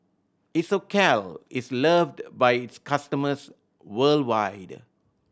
isocal is loved by its customers worldwide